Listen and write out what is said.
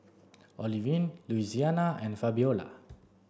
Olivine Louisiana and Fabiola